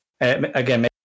again